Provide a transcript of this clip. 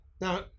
Now